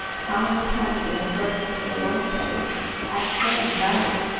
how many times you have heard such a one say i am so embarrassed!